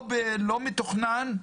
לא מתוכנן,